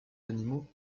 animaux